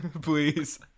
Please